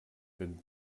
wenn